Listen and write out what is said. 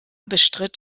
bestritt